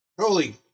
Holy